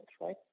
right